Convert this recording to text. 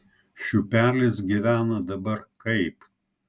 šiupelis gyvena dabar kaip